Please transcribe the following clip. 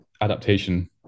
adaptation